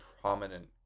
prominent